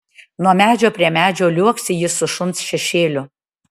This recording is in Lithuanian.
nuo medžio prie medžio liuoksi jis su šuns šešėliu